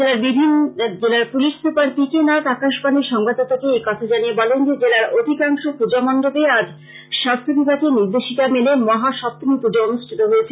জেলার police super P K Nath আকাশবাণীর সংবাদদাতাকে এ তথ্য জানিয়ে বলেন যে জেলার অধিকাংশ পুজো মন্ডপে আজ স্বাস্থ্যবিভাগের নির্দেশিকা মেনে মহাসপ্তমী পূজো অনুষ্ঠিত হয়েছে